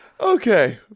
Okay